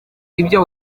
ibyo